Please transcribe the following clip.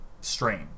strained